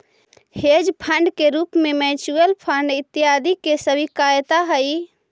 hedge fund के रूप में म्यूच्यूअल फंड इत्यादि के स्वीकार्यता हई